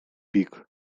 бік